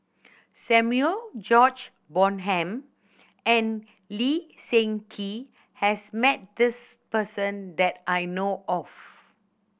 Samuel George Bonham and Lee Seng Gee has met this person that I know of